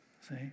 See